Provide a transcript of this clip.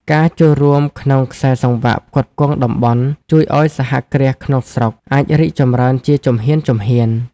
ការចូលរួមក្នុងខ្សែសង្វាក់ផ្គត់ផ្គង់តំបន់ ជួយឱ្យសហគ្រាសក្នុងស្រុកអាចរីកចម្រើនជាជំហានៗ។